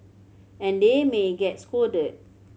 and they may get scolded